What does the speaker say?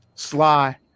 Sly